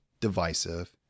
divisive